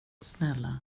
snälla